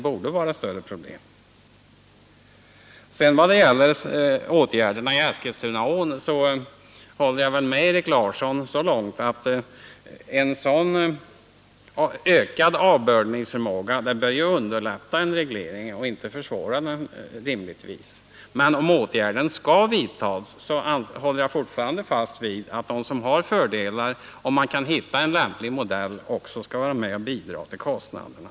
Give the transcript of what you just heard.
När det gäller åtgärderna i Eskilstunaån håller jag med Erik Larsson så långt att en sådan ökad avbördningsförmåga borde underlätta en reglering och rimligtvis inte försvåra den. Men om åtgärderna skall vidtas, håller jag fortfarande fast vid att de som har fördelar, om man kan hitta en lämplig modell, också skall vara med och bidra till kostnaderna.